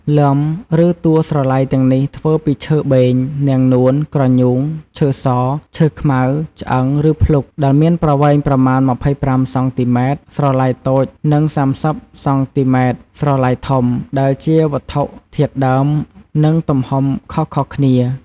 “លាំ” ឬតួស្រឡៃទាំងនេះ ធ្វើពីឈើបេង នាងនួន ក្រញូង ឈើស ឈើខ្មៅ ឆ្អឹង ឬភ្លុក ដែលមានប្រវែងប្រមាណ ២៥ សង់ទីម៉ែត្រ ស្រឡៃតូច និង ៣០ សង់ទីម៉ែត្រ ស្រឡៃធំ ដែលជាវត្ថុធាតុដើម និងទំហំខុសៗគ្នា។